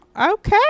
Okay